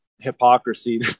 hypocrisy